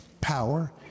power